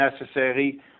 necessary